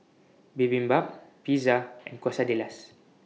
Bibimbap Pizza and Quesadillas